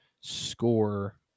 score